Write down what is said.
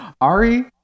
Ari